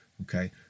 okay